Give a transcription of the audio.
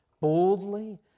boldly